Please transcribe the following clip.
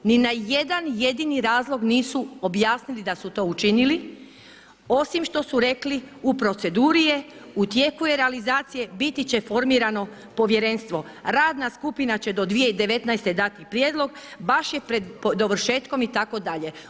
Ni na jedan jedini razlog nisu objasnili da su to učinili osim što su rekli u proceduri, u tijeku je realizacije, biti će formirano povjerenstvo, radna skupina će do 2019. dati prijedlog, baš je pred dovršetkom itd.